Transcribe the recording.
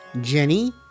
Jenny